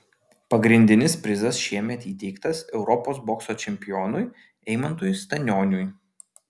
pagrindinis prizas šiemet įteiktas europos bokso čempionui eimantui stanioniui